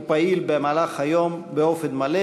הוא פעיל במהלך היום באופן מלא.